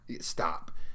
stop